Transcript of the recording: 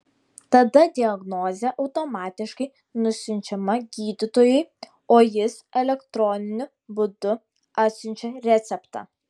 tada diagnozė automatiškai nusiunčiama gydytojui o jis elektroniniu būdu atsiunčia receptą